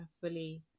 fully